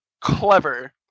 clever